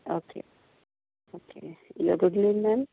okay okay ma'am